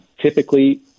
Typically